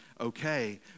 okay